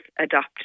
adopt